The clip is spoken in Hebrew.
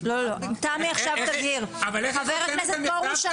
חבר הכנסת פרוש,